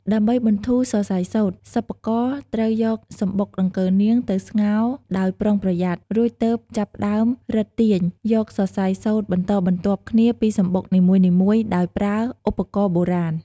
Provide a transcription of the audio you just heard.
ដើម្បីបន្ធូរសរសៃសូត្រ សិប្បករត្រូវយកសំបុកដង្កូវនាងទៅស្ងោរដោយប្រុងប្រយ័ត្ន រួចទើបចាប់ផ្ដើមរឹតទាញយកសរសៃសូត្របន្តបន្ទាប់គ្នាពីសំបុកនីមួយៗ ដោយប្រើឧបករណ៍បុរាណ។